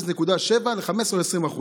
0.7 ל-15% או ל-20%.